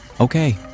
okay